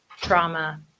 trauma